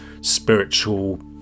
spiritual